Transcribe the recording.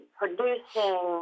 producing